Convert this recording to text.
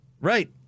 Right